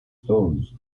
stones